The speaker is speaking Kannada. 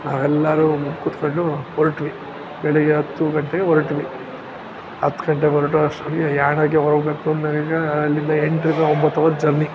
ನಾವೆಲ್ಲರೂ ಕುತ್ಕೊಂಡು ಹೊರಟ್ವಿ ಬೆಳಗ್ಗೆ ಹತ್ತು ಗಂಟೆಗೆ ಹೊರಟ್ವಿ ಹತ್ತು ಗಂಟೆಗೆ ಹೊರಡುವಷ್ಟೊತ್ತಿಗೆ ಯಾಣಕ್ಕೆ ಹೋಗಬೇಕು ನಮಗೆ ಅಲ್ಲಿಂದ ಎಂಟರಿಂದ ಒಂಬತ್ತು ಅವರ್ ಜರ್ನಿ